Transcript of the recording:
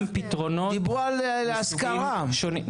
מוצאים פתרונות מסוגים שונים.